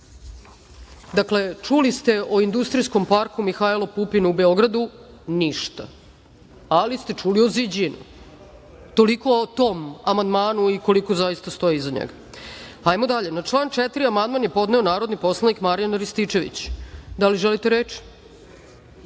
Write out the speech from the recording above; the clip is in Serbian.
Dakle, čuli ste o industrijskom parku Mihajlo Pupin u Beogradu ništa, ali ste čuli o ZiĐinu. Toliko o tom amandmanu i koliko ko zaista stoji iza njega. Na član 4. amandman je podneo narodni poslanik Marijan Rističević. Da li želite reč?